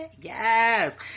Yes